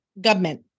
Government